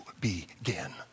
begin